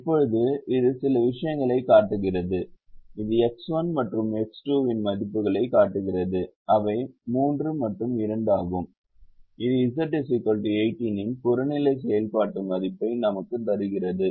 இப்போது இது சில விஷயங்களைக் காட்டுகிறது இது X1 மற்றும் X2 இன் மதிப்புகளைக் காட்டுகிறது அவை 3 மற்றும் 2 ஆகும் இது Z 18 இன் புறநிலை செயல்பாட்டு மதிப்பை நமக்குத் தருகிறது